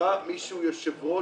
שבא מישהו יושב ראש-הוועדה,